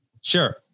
Sure